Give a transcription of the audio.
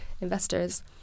investors